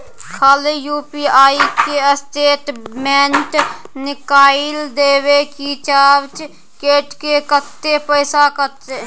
खाली यु.पी.आई के स्टेटमेंट निकाइल देबे की चार्ज कैट के, कत्ते पैसा कटते?